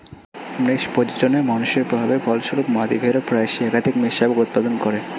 মেষ প্রজননে মানুষের প্রভাবের ফলস্বরূপ, মাদী ভেড়া প্রায়শই একাধিক মেষশাবক উৎপাদন করে